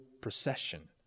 procession